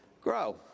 grow